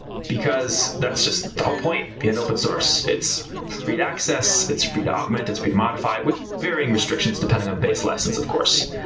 because that's just the whole point in open source. it's free to access. it's free to augment. it's free to modified with varying restrictions depending on the base license of course.